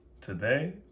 Today